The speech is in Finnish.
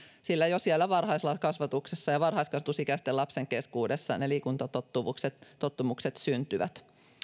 sillä jo siellä varhaiskasvatuksessa ja varhaiskasvatusikäisten lasten keskuudessa ne liikuntatottumukset syntyvät